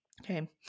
Okay